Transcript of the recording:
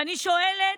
ואני שואלת: